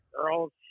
girls